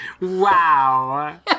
Wow